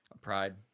Pride